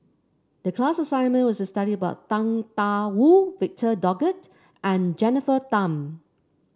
the class assignment was to study about Tang Da Wu Victor Doggett and Jennifer Tham